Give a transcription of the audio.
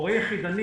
הורה יחידני